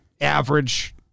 Average